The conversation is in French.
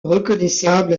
reconnaissable